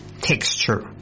texture